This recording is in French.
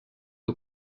aux